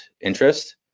interest